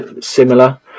similar